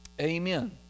Amen